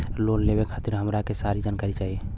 Loan लेवे खातीर हमरा के सारी जानकारी चाही?